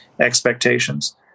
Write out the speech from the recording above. expectations